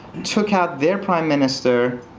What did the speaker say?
took out their prime minister,